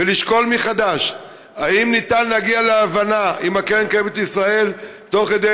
ולשקול מחדש אם ניתן להגיע להבנה עם הקרן הקיימת לישראל תוך כדי